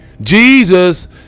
Jesus